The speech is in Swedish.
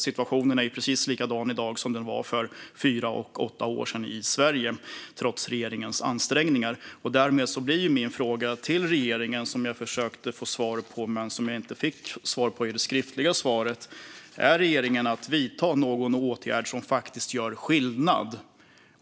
Situationen är precis likadan i dag som den var för fyra eller åtta år sedan i Sverige, trots regeringens ansträngningar. Därmed kvarstår min fråga till regeringen som jag inte fick svar på i det skriftliga interpellationssvaret: Är regeringen beredd att vidta någon åtgärd som faktiskt gör skillnad?